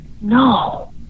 No